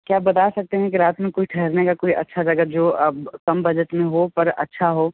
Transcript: क्या आप बता सकते हैं कि रात में कोई ठहरने का कोई अच्छा जगह जो कम बजट में हो पर अच्छा हो